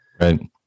Right